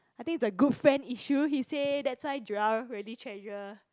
I think it's a good friend issue he say that's why Joel really treasure